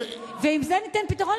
ועם זה ניתן פתרון,